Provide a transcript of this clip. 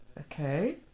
Okay